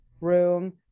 room